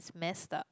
it's messed up